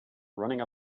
running